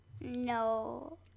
No